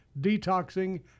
detoxing